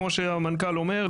וכמו שהמנכ"ל אומר,